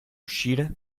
uscire